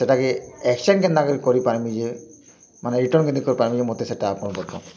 ସେଟାକେ ଏକ୍ସ୍ଚେଞ୍ଜ୍ କେନ୍ତାକରି କରିପାର୍ମି ଯେ ମାନେ ରିଟର୍ଣ୍ଣ୍ କେନ୍ତି କରିପାର୍ମି ସେଟା ଆପଣ୍ ବତନ୍